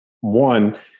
One